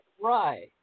Right